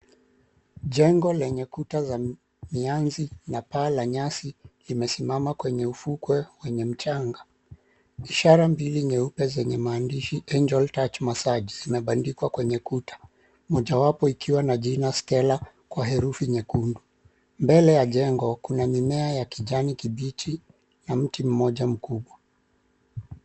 Jengo lenye kuta za mianzi na paa la nyasi limesimama kwenye ufukwe wenye mchanga. Ishara mbili nyeupe zenye maandishi ANGEL TOUCH MASSAGE zimebandikwa kwenye kuta mojawapo ikiwa na jina STELLA kwa herufi nyekundu. Mbele ya jengo kuna mimea ya kijani kibichi na mti mmoja mkubwa.